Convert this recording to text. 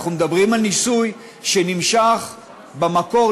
אנחנו מדברים על ניסוי שנמשך במקור,